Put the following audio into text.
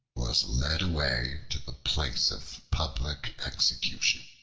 was led away to the place of public execution.